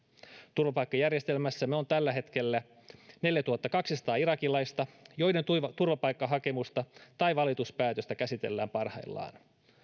turvapaikkajärjestelmässämme on tällä hetkellä neljätuhattakaksisataa irakilaista joiden turvapaikkahakemusta tai valituspäätöstä käsitellään parhaillaan